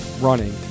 running